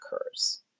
occurs